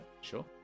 sure